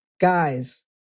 guys